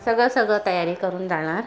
सगळं सगळं तयारी करून जाणार